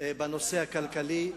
בנושא הכלכלי,